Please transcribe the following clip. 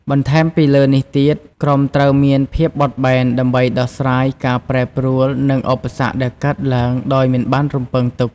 បន្ថែមពីលើនេះទៀត ក្រុមត្រូវតែមានភាពបត់បែន ដើម្បីដោះស្រាយការប្រែប្រួល និងឧបសគ្គដែលកើតឡើងដោយមិនបានរំពឹងទុក។